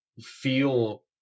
feel